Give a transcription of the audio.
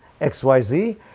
XYZ